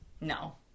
No